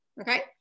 Okay